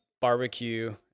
barbecue